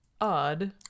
odd